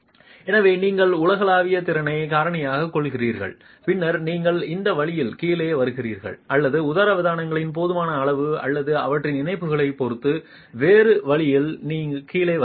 எனவே நீங்கள் உலகளாவிய திறனைக் காரணியாகக் கொள்கிறீர்கள் பின்னர் நீங்கள் இந்த வழியில் கீழே வருகிறீர்கள் அல்லது உதரவிதானங்களின் போதுமான அளவு மற்றும் அவற்றின் இணைப்புகளைப் பொறுத்து வேறு வழியில் கீழே வருகிறீர்கள்